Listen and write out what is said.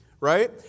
Right